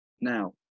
Now